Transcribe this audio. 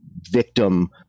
victim